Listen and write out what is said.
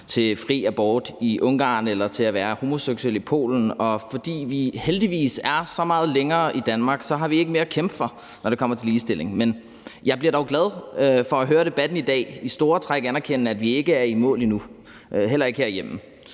til fri abort i Ungarn eller retten til at være homoseksuel i Polen, og at vi, fordi vi heldigvis er så meget længere i Danmark, ikke har mere at kæmpe for, når det kommer til ligestilling. Men jeg bliver glad for at høre, at man i debatten i dag i store træk anerkender, at vi ikke er i mål endnu – heller ikke herhjemme.